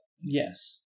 Yes